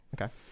Okay